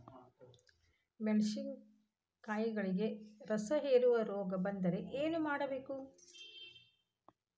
ಮೆಣಸಿನಕಾಯಿಗಳಿಗೆ ರಸಹೇರುವ ರೋಗ ಬಂದರೆ ಏನು ಮಾಡಬೇಕು?